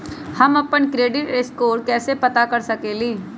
हम अपन credit score कैसे पता कर सकेली?